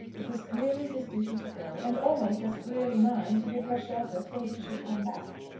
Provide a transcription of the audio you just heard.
it was clearly his duty to go, and almost as clearly mine to give her shelter till he should come back.